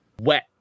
wet